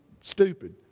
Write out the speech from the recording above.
stupid